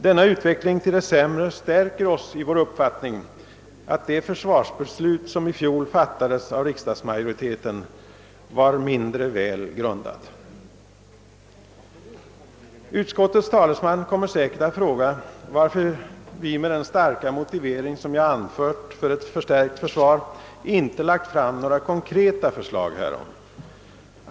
Denna utveckling till det sämre stärker oss i vår uppfattning, att det försvarsbeslut som i fjol fattades av riksdagsmajoriteten var mindre väl grundat. Utskottets talesman kommer säkert att fråga, varför vi med den starka motivering, som jag anfört för ett förstärkt försvar, inte lagt fram några konkreta förslag härom.